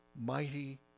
mighty